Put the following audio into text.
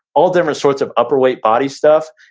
all different sorts of upper weight body stuff,